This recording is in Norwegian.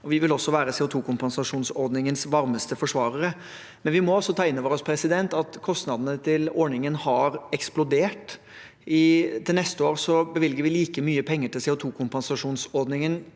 vi vil også være CO2-kompensasjonsordningens varmeste forsvarere. Likevel må vi også ta inn over oss at kostnadene til ordningen har eksplodert. Til neste år bevilger vi like mye penger til CO2-kompensasjonsordningen